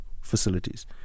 facilities